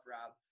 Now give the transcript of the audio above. Rob